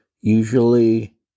Usually